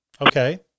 Okay